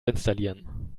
installieren